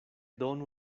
donu